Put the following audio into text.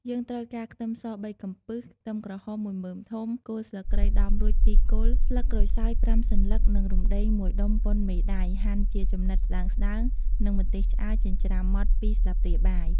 យើងត្រូវការខ្ទឹមស ៣កំពឹស ខ្ទឹមក្រហម ១មើមធំ គល់ស្លឹកគ្រៃដំរួច ២ គល់ ស្លឹកក្រូចសើច ៥សន្លឹក និង រំដេង ១ដុំ ប៉ុនមេដៃហាន់ជាចំណិតស្ដើងៗ និងម្ទេសឆ្អើរចិញ្ច្រាំម៉ដ្ដ ២ស្លាបព្រាបាយ។